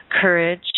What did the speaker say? courage